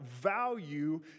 value